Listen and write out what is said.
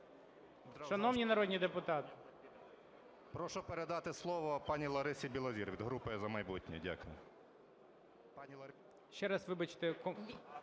Шановні народні депутати.